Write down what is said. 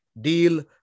deal